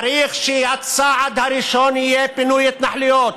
צריך שהצעד הראשון יהיה פינוי התנחלויות,